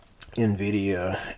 NVIDIA